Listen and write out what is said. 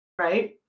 right